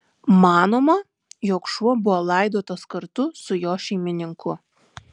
manoma jog šuo buvo laidotas kartu su jo šeimininku